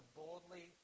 boldly